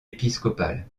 épiscopal